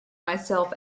myself